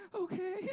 okay